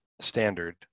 standard